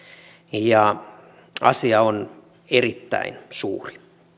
ja asia on erittäin suuri